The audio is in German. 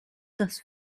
das